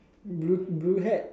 blue blue hat